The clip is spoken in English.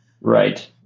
Right